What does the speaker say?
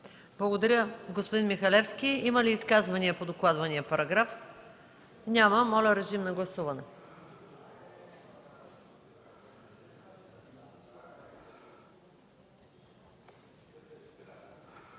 Благодаря, господин Михалевски. Има ли изказвания по докладвания параграф? Няма. Моля, режим на гласуване.